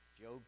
Job